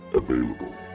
available